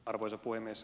arvoisa puhemies